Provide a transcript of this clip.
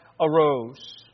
arose